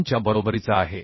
03 च्या बरोबरीचा आहे